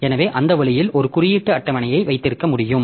எனவே அந்த வழியில் ஒரு குறியீட்டு அட்டவணையை வைத்திருக்க முடியும்